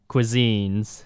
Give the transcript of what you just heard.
Cuisines